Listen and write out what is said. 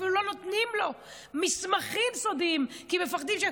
אפילו לא נותנים לו מסמכים סודיים, כי מפחדים.